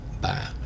Bye